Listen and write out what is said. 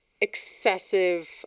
excessive